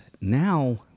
now